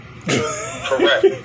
Correct